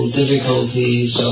difficulties